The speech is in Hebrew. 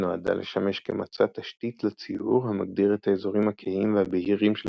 שנועדה לשמש כמצע תשתית לציור המגדיר את האזורים הכהים והבהירים של